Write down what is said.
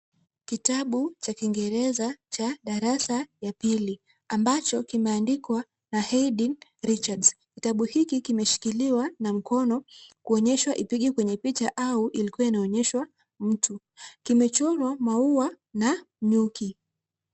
Kitabu cha kingereza cha darasa ya pili ambacho kimeandikwa na Haydn Richards. Kitabu hiki kimeshikiliwa na mkono kuonyeshwa ipige kwenye picha au ilikuwa inaonyeshwa mtu. Kimechorwa maua na nyuki.